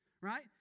right